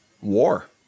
war